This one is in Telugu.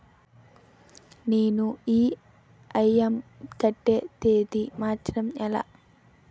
నేను ఇ.ఎం.ఐ కట్టే తేదీ మార్చడం ఎలా?